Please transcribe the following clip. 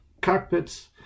cockpits